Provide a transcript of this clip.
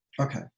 okay